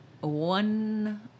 one